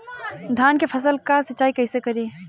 धान के फसल का सिंचाई कैसे करे?